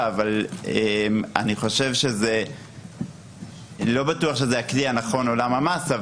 אבל לא בטוח שזה הכלי הנכון לעולם המס.